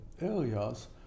areas